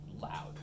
loud